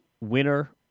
winner